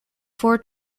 four